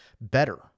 better